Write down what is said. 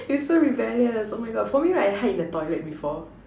you're so rebellious oh my god for me right I hide in the toilet before